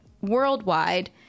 worldwide